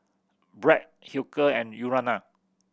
Bragg Hilker and Urana